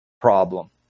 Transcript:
problem